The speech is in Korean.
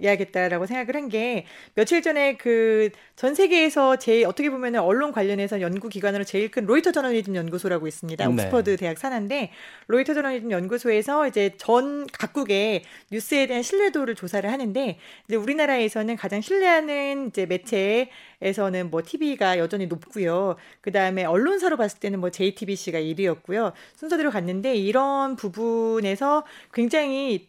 해야겠다라고 생각을 한 게 며칠 전에 그 전 세계에서 제일 어떻게 보면은 언론 관련해서 연구 기관으로 제일 큰 로이터 저널리즘 연구소라고 있습니다. 네. 옥스퍼드 대학 산하인데 로이터 저널리즘 연구소에서 이제 전 각국의 뉴스에 대한 신뢰도를 조사를 하는데 이제 우리나라에서는 가장 신뢰하는 이제 매체에서는 뭐 TV가 여전히 높고요. 그다음에 언론사로 봤을 때는 뭐 JTBC가 일 위였고요. 순서대로 갔는데 이런 부분에서 굉장히